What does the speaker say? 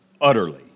Utterly